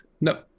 No